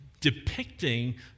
depicting